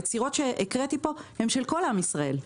היצירות שהקראתי פה הן לכל עם ישראל.